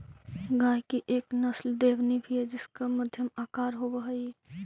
गाय की एक नस्ल देवनी भी है जिसका मध्यम आकार होवअ हई